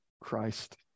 Christ